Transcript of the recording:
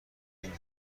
این